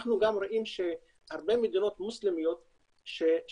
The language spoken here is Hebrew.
אנחנו גם רואים שהרבה מדינות מוסלמיות חוקקו